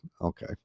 okay